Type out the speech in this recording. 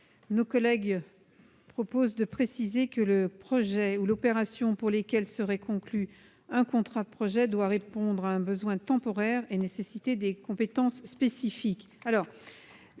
129 rectifié vise à préciser que le projet ou l'opération pour lequel serait conclu un contrat de projet doit « répondre à un besoin temporaire » et « nécessiter des compétences spécifiques